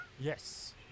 Yes